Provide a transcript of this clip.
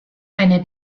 eine